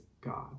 God